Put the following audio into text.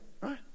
right